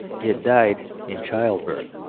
it died in childbirth.